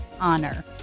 honor